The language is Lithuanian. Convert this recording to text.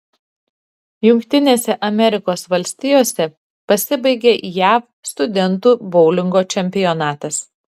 jungtinėse amerikos valstijose pasibaigė jav studentų boulingo čempionatas